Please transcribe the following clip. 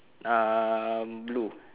uh blue